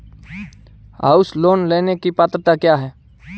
House loan लेने की पात्रता क्या है?